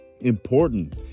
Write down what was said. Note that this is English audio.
important